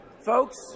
Folks